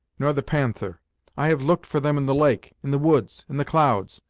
nor the panther i have looked for them in the lake, in the woods, in the clouds.